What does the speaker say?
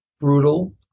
brutal